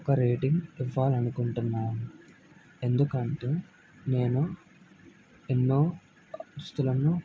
ఒక రేటింగ్ ఇవ్వాలనుకుంటున్నాను ఎందుకంటే నేను ఎన్నో దుస్తులను